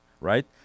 right